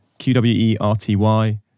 Q-W-E-R-T-Y